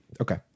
okay